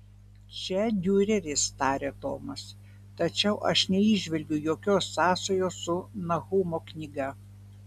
čia diureris tarė tomas tačiau aš neįžvelgiu jokios sąsajos su nahumo knyga